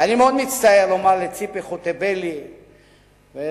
אני מאוד מצטער לומר לציפי חוטובלי ולחבר